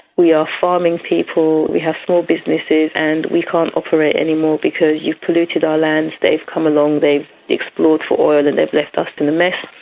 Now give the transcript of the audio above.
we are farming people, we have small businesses, and we can't operate anymore because you've polluted our lands, they've come along, they've explored for oil and and they've left us in a mess.